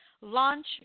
launch